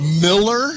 Miller